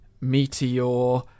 meteor